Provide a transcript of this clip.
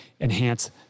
enhance